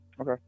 Okay